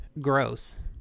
gross